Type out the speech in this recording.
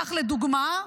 כך לדוגמה,